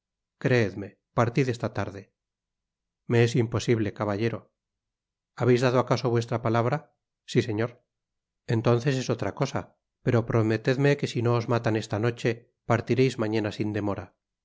creedme partid esta tarde me es imposible caballero habeis dado acaso vuestra palabra si señor entonces es otra cosa pero prometedme que si no os matan esta noche partireis mañana sin demora